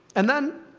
and then,